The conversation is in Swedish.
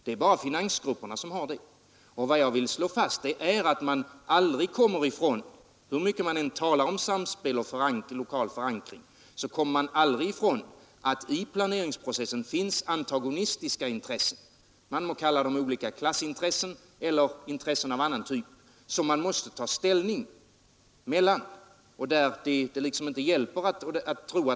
Det är bara finansgrupperna som har det. Jag vill slå fast att man aldrig, hur mycket man än talar om samspel och lokal förankring, kommer ifrån att det i planeringsprocessen finns antagonistiska intressen — man må kalla dem olika klassintressen eller intressen av annan typ — som man måste ta ställning emellan.